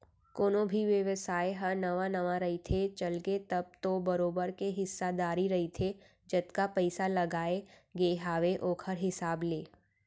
कोनो भी बेवसाय ह नवा नवा रहिथे, चलगे तब तो बरोबर के हिस्सादारी रहिथे जतका पइसा लगाय गे हावय ओखर हिसाब ले